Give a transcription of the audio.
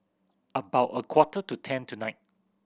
about a quarter to ten tonight